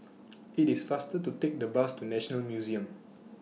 IT IS faster to Take The Bus to National Museum